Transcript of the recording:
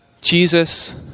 Jesus